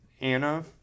Anna